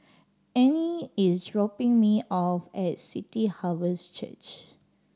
Anne is dropping me off at City Harvest Church